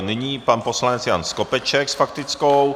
Nyní pan poslanec Jan Skopeček s faktickou.